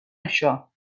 això